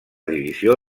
divisió